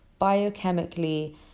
biochemically